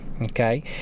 Okay